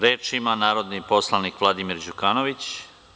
Reč ima narodni poslanik Vladimir Đukanović.